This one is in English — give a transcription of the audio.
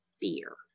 fear